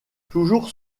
toujours